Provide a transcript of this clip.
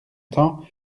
temps